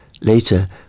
Later